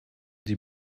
die